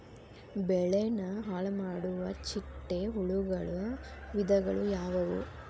ಬೆಳೆನ ಹಾಳುಮಾಡುವ ಚಿಟ್ಟೆ ಹುಳುಗಳ ವಿಧಗಳು ಯಾವವು?